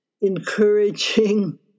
encouraging